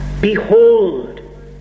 behold